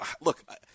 look